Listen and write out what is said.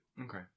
okay